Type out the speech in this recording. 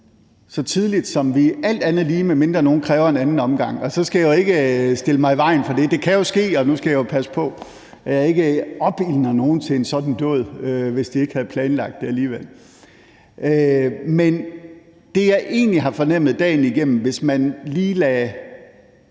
så tidligt, som den alt andet lige gør, medmindre nogen kræver en anden runde, og så skal jeg ikke stille mig i vejen for det. Det kan jo ske, og nu skal jeg passe på, at jeg ikke opildner nogen til en sådan dåd, hvis de ikke havde planlagt det. Men det, jeg egentlig har fornemmet dagen igennem, hvis man lige lader